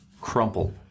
crumple